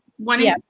One